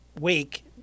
week